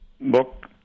book